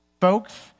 folks